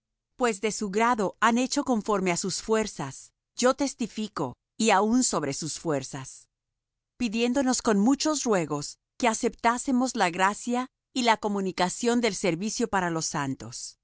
pues de su grado han dado conforme á sus fuerzas yo testifico y aun sobre sus fuerzas pidiéndonos con muchos ruegos que aceptásemos la gracia y la comunicación del servicio para los santos